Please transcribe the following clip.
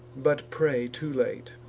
but pray too late.